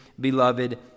beloved